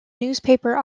newspaper